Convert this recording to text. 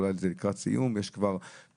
אולי זה לקראת סיום ויש כבר טיוטה.